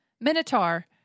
minotaur